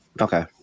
Okay